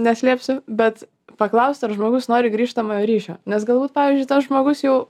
neslėpsiu bet paklaust ar žmogus nori grįžtamojo ryšio nes galbūt pavyzdžiui tas žmogus jau